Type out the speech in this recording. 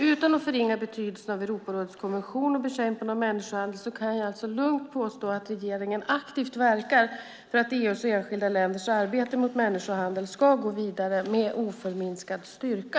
Utan att förringa betydelsen av Europarådets konvention om bekämpande av människohandel kan jag alltså lugnt påstå att regeringen aktivt verkar för att EU:s och enskilda länders arbete mot människohandel ska gå vidare med oförminskad styrka.